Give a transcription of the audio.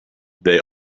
they